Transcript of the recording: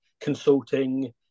consulting